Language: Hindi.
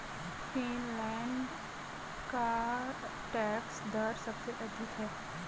फ़िनलैंड का टैक्स दर सबसे अधिक है